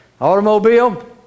Automobile